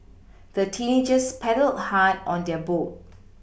the teenagers paddled hard on their boat